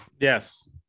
Yes